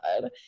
God